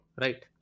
right